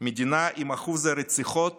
מדינה עם אחוז הרציחות